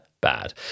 bad